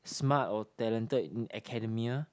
smart of talented in academia